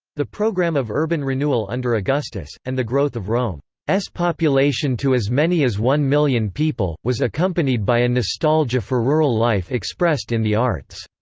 the programme of urban renewal under augustus, and the growth of rome's population to as many as one million people, was accompanied by a nostalgia for rural life expressed in the arts.